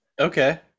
okay